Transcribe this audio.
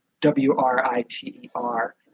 w-r-i-t-e-r